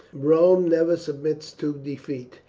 rome never submits to defeat,